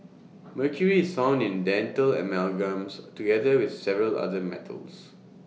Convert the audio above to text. mercury is found in dental amalgams together with several other metals